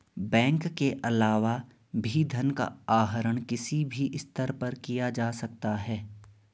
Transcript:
bank के अलावा भी धन का आहरण किसी भी स्तर पर किया जा सकता है